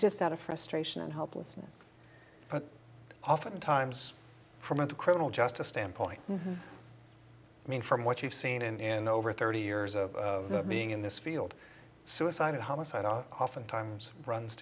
just out of frustration and helplessness but often times from of the criminal justice standpoint i mean from what you've seen in over thirty years of being in this field suicide and homicide are oftentimes runs